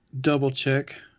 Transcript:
double-check